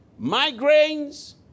migraines